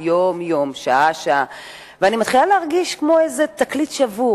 אני ביקרתי ביישוב עילוט.